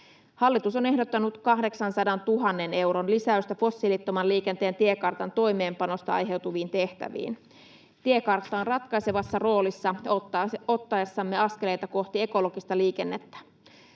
Hallitus on ehdottanut 800 000 euron lisäystä fossiilittoman liikenteen tiekartan toimeenpanosta aiheutuviin tehtäviin. Tiekartta on ratkaisevassa roolissa ottaessamme askeleita kohti ekologista liikennettä.